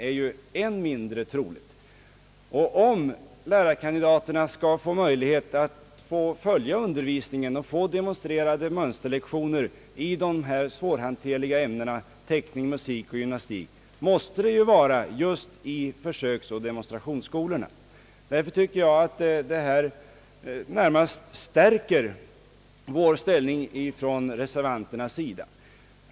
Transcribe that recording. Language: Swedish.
Om lärarkandidaterna skall få möjlighet att följa undervisningen och att få demonstrerade mönsterlektioner i de svårhanterliga ämnena teckning, musik och gymnastik, måste det ske just i försöksoch demonstrationsskolorna. Detta tycker jag närmast stärker reservanternas ställning.